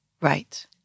Right